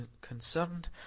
concerned